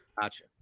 Gotcha